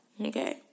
Okay